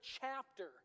chapter